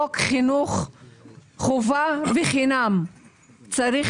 חוק חינוך חובה חינם צריך